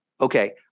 Okay